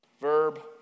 Verb